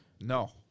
No